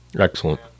Excellent